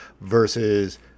versus